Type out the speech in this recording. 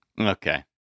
Okay